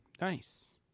nice